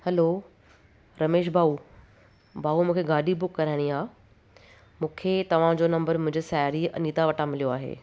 hello Ramesh भाउ भाउ मूंखे गाॾी बुक कराइणी आहे मूंखे तव्हां जो नंबरु मुंहिंजी साहेड़ी अनीता वटां मिलियो आहे